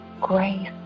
grace